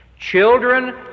Children